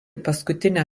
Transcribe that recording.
paskutinę